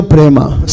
Prema